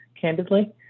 candidly